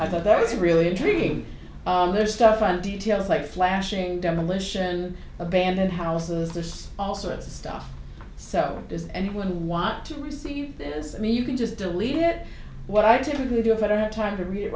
i thought that was really intriguing their stuff and details like flashing demolition abandoned houses there's all sorts of stuff so does anyone who want to receive this i mean you can just delete it what i have to do a better time to read it